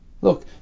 Look